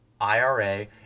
IRA